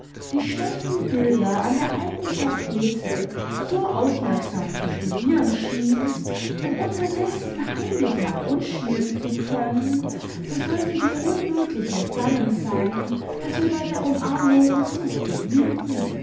die schlechten bilder an der alten tapete so aufmerksam zu studiren schienst um unterdessen heimlich nach uns schielen zu können so sollte dir unmöglich entgangen sein daß wir bei der umarmung uns nicht begnügten